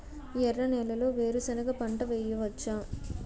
ఎర్ర నేలలో వేరుసెనగ పంట వెయ్యవచ్చా?